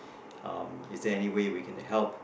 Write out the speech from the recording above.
um is there anyway we can help